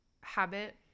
habit